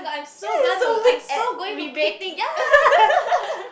then you so weak at debating